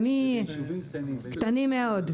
ישובים קטנים מאוד.